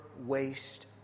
waste